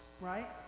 Right